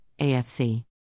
AFC